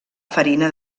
farina